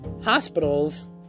hospitals